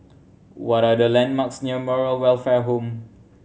what are the landmarks near Moral Welfare Home